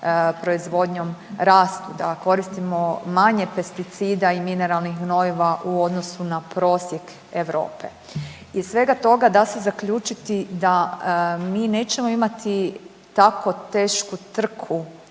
proizvodnjom rastu, da koristimo manje pesticida i mineralnih gnojiva u odnosu na prosjek Europe. Iz svega toga da se zaključiti da mi nećemo imati tako tešku trku